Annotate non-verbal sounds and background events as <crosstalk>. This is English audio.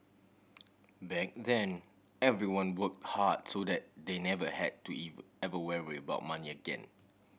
back then everyone work hard so that they never had to <unintelligible> ever worry about money again